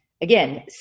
again